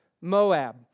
Moab